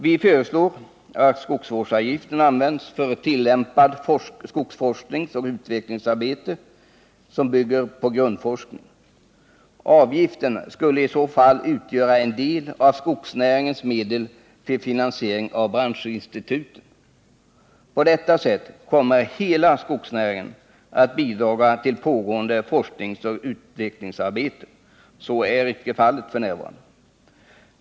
Vi föreslår att skogsvårdsavgiften används för tillämpat skogsforskningsoch utvecklingsarbete som bygger på grundforskning. Avgiften skulle utgöra en del av skogsnäringens medel för finansiering av branschinstituten. På detta sätt kommer hela skogsnäringen att bidraga till pågående forskningsoch utvecklingsarbete, vilket inte är fallet f. n.